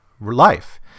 life